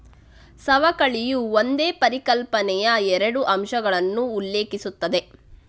ಸವಕಳಿಯು ಒಂದೇ ಪರಿಕಲ್ಪನೆಯ ಎರಡು ಅಂಶಗಳನ್ನು ಉಲ್ಲೇಖಿಸುತ್ತದೆ